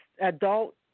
adult